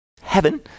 heaven